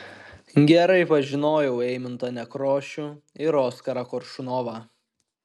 gerai pažinojau eimuntą nekrošių ir oskarą koršunovą